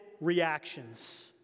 reactions